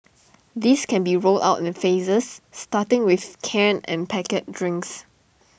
this can be rolled out in phases starting with canned and packet drinks